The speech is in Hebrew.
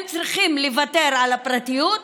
הם צריכים לוותר על הפרטיות,